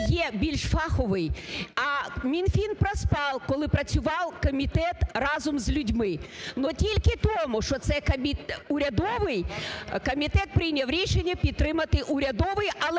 є більш фаховий. А Мінфін проспав, коли працював комітет разом з людьми. Но тільки тому, що це урядовий, комітет прийняв рішення підтримати урядовий, але